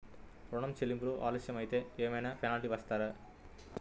ఋణ చెల్లింపులు ఆలస్యం అయితే ఏమైన పెనాల్టీ వేస్తారా?